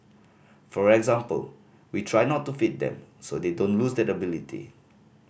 for example we try not to feed them so they don't lose that ability